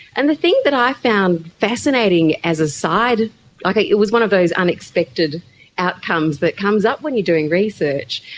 and the thing that i found fascinating as a side like it was one of those unexpected outcomes that comes up when you're doing research,